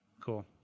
Cool